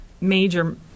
major